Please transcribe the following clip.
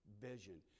vision